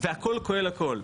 והכל כולל הכל.